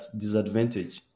disadvantage